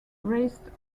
raced